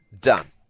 Done